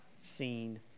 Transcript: seen